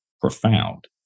profound